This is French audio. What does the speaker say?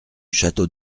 château